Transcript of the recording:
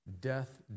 death